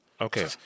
Okay